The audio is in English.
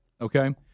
okay